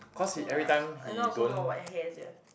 I also eh after I now also know about hair sia